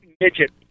midget